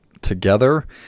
together